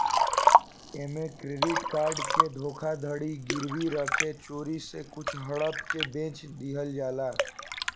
ऐमे credit card के धोखाधड़ी गिरवी रखे चोरी से कुछ हड़प के बेच दिहल जाला